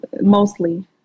mostly